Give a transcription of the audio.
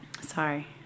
Sorry